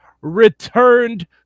returned